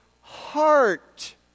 heart